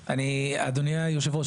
אדוני היושב ראש,